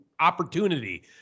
Opportunity